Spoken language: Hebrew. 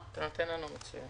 תודה רבה רבותי.